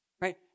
Right